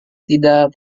tidak